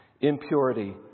Impurity